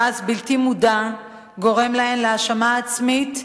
כעס בלתי מודע גורם להן להאשמה עצמית,